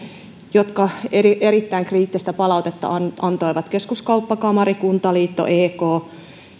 jotka erittäin kriittistä palautetta antoivat keskuskauppakamari kuntaliitto ek